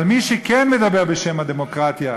אבל מי שכן מדבר בשם הדמוקרטיה,